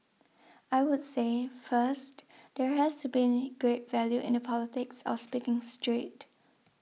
I would say first there has to be great value in the politics of speaking straight